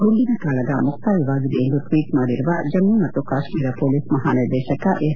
ಗುಂಡಿನ ಕಾಳಗ ಮುಕ್ತಾಯವಾಗಿದೆ ಎಂದು ಟ್ವೀಟ್ ಮಾಡಿರುವ ಜಮ್ಮ ಮತ್ತು ಕಾಶ್ಮೀರ ಪೊಲೀಸ್ ಮಹಾನಿರ್ದೆಶಕ ಎಸ್